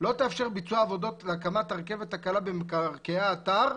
לא תאפשר ביצוע עבודות להקמת הרכבת הקלה במקרקעי האתר,